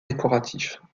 décoratifs